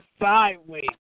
Sideways